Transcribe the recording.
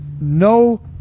no